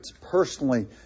personally